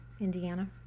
Indiana